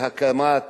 להקמת